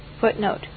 Footnote